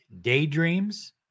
daydreams